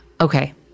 okay